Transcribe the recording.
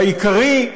העיקרי,